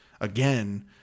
again